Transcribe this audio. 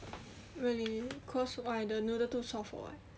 really cause what the noodle too soft or what